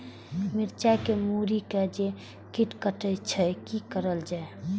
मिरचाय के मुरी के जे कीट कटे छे की करल जाय?